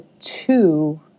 two